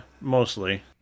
mostly